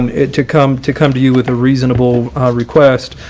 it to come to come to you with a reasonable request,